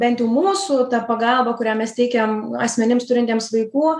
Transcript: bent jau mūsų ta pagalba kurią mes teikiam asmenims turintiems vaikų